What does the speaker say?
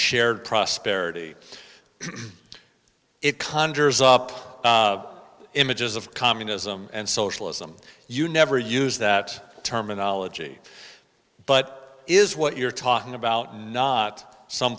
shared prosperity it conjures up images of communism and socialism you never use that terminology but is what you're talking about not some